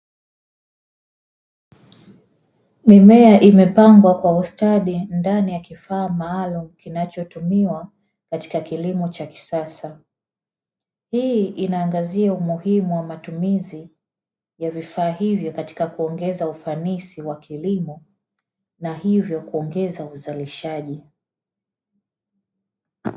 Mimea imepangwa kwa ustadi ndani ya kifaa maalumu kinachotumiwa katika kilimo cha kisasa. Hii inaangazia umuhimu wa matumizi ya vifaa hivyo katika kuongeza ufanisi wa kilimo na hivyo kuongeza uzalishaji.